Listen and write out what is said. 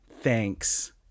Thanks